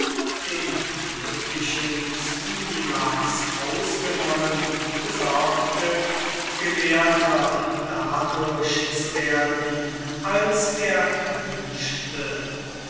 den glücklichen smilax ausgenommen besorgte gelehrter dadurch zu werden als er wünschte